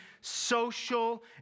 social